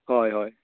हय हय